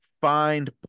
find